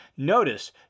Notice